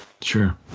Sure